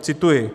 Cituji: